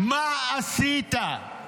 מה עשית?